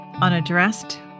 unaddressed